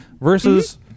Versus